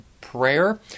Prayer